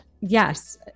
yes